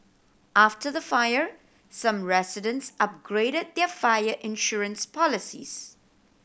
after the fire some residents upgraded their fire insurance policies